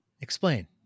Explain